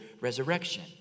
resurrection